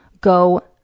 go